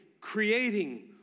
creating